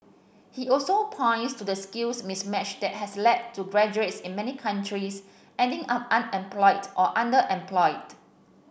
he also points to the skills mismatch that has led to graduates in many countries ending up unemployed or underemployed